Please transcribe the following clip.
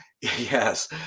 yes